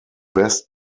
best